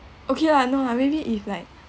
okay lah no lah maybe if like